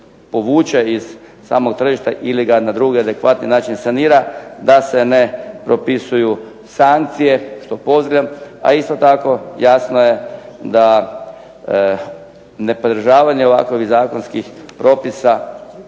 povuče iz samog tržišta ili ga na drugi adekvatan način sanira, da se ne propisuju sankcije što pozdravljam. A isto tako jasno je da ne pridržavanje ovakvih zakonskih propisa